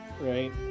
Right